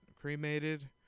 cremated